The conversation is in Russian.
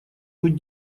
быть